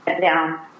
down